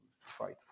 fight